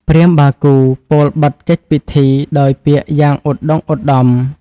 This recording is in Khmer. ព្រាហ្មណ៍បាគូពោលបិទកិច្ចពិធីដោយពាក្យយ៉ាងឧត្តុង្គឧត្តម។